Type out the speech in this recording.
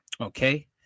Okay